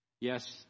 Yes